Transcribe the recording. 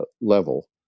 level